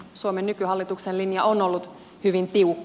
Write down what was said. suomen nykyhallituksen linja on ollut hyvin tiukka